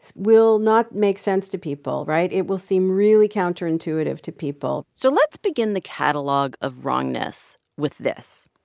will not make sense to people, right? it will seem really counter-intuitive to people so let's begin the catalogue of wrongness with this,